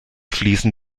fließen